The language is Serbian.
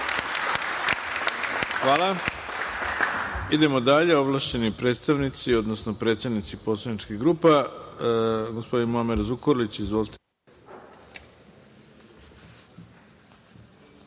Hvala. Idemo dalje, ovlašćeni predstavnici, odnosno predsednici poslaničkih grupa. Gospodin Muamer Zukorlić ima reč.